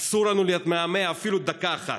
אסור לנו להתמהמה אפילו דקה אחת,